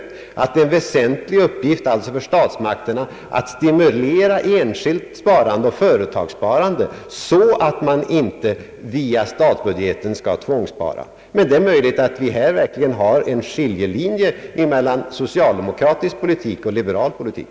Det är alltså en väsentlig uppgift för statsmakterna att stimulera enskilt sparande och företagssparande så att man inte via statsbudgeten skall behöva tvångsspara. Det är möjligt att vi här verkligen har en skiljelinje mellan socialdemokratisk politik och liberal politik.